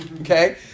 okay